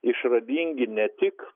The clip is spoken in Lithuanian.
išradingi ne tik